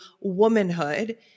womanhood